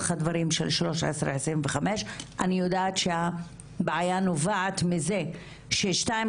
הדברים של 1325. אני יודעת שהבעיה נובעת מזה ש-2331,